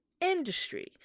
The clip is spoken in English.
industry